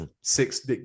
six